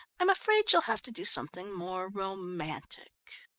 i'm afraid you'll have to do something more romantic.